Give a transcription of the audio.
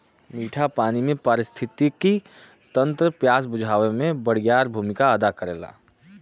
मीठा पानी के पारिस्थितिकी तंत्र प्यास बुझावे में बड़ियार भूमिका अदा करेला